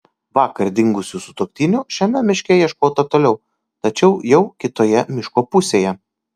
vakar dingusių sutuoktinių šiame miške ieškota toliau tačiau jau kitoje miško pusėje